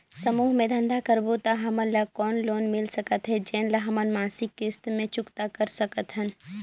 समूह मे धंधा करबो त हमन ल कौन लोन मिल सकत हे, जेन ल हमन मासिक किस्त मे चुकता कर सकथन?